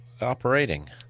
operating